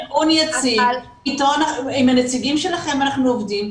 --- עם הנציגים שלכם אנחנו עובדים,